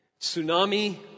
tsunami